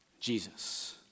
Jesus